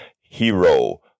hero